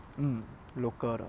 mm local 的